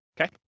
okay